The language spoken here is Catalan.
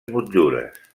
motllures